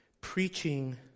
preaching